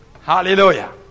hallelujah